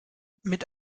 mit